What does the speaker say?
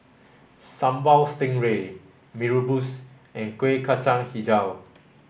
Sambal Stingray Mee Rebus and Kueh Kacang Hijau